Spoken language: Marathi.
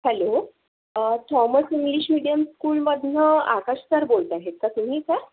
हॅलो थॉमस इंग्लिश मीडियम स्कूलमधनं आकाश सर बोलत आहेत का तुम्ही सर